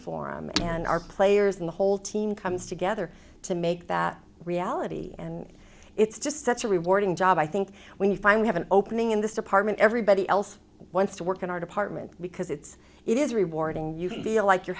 for man our players and the whole team comes together to make that reality and it's just such a rewarding job i think when you finally have an opening in this department everybody else wants to work in our department because it's it is rewarding you can feel like you're